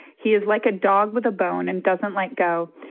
he is like a dog with a bone and doesn't let go.